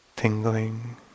tingling